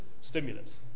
stimulus